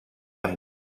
ein